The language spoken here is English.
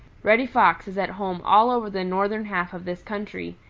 reddy fox is at home all over the northern half of this country,